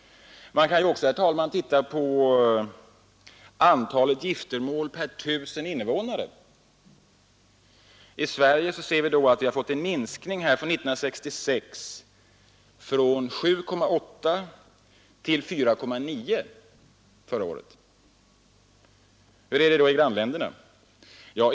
Det kan också vara intressant att se hur antalet giftermål per 1 000 invånare i de nordiska länderna har utvecklats under samma tidsperiod. I Sverige har vi en minskning från 7,8 år 1966 till 4,9 för 1971.